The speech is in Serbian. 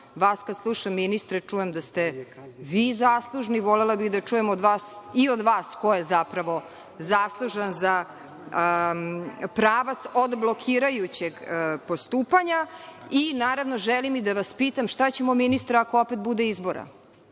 vas kad slušam, ministre, čujem da ste vi zaslužni. Volela bih da čujem i od vas ko je, zaprav,o zaslužan za pravac odblokirajućeg postupanja. Naravno, želim i da vas pitam šta ćemo, ministre, ako opet bude izbora?